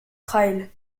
trail